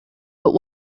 but